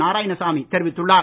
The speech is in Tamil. நாராயணசாமி தெரிவித்துள்ளார்